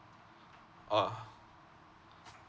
orh